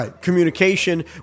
communication